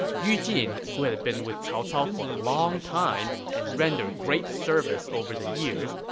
yu jin, who had had been with cao cao for a long time and rendered great service over the years,